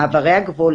מעברי הגבול,